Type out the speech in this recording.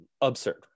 Absurd